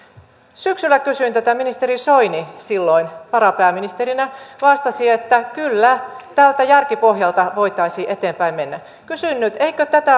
syksyllä kysyin tätä ministeri soini silloin varapääministerinä vastasi että kyllä tältä järkipohjalta voitaisiin eteenpäin mennä kysyn nyt eikö